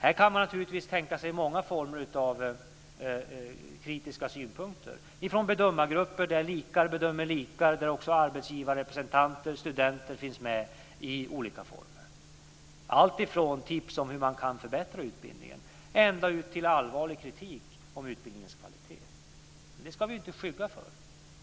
Här kan man naturligtvis tänka sig många former av kritiska synpunkter från bedömargrupper där likar bedömer likar och där också arbetsgivarrepresentanter och studenter finns med i olika former - alltifrån tips om hur man kan förbättra utbildningen ända ut till allvarlig kritik om utbildningens kvalitet. Men det ska vi ju inte skygga för.